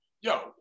yo